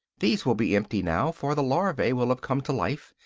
these will be empty now, for the larvae will have come to life,